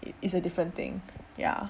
it it is a different thing ya